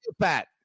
Pat